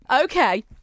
Okay